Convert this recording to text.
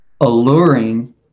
alluring